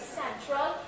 central